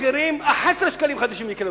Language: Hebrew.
אחרים, 11 שקלים חדשים לקילוגרם.